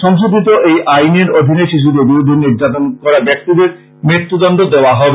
সংশোধীত এই আইনের অধীনে শিশুদের বিরদ্ধে নির্যাতন করা ব্যাক্তিদের মৃত্যুদন্ড দেওয়া হবে